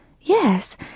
Yes